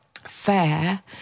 fair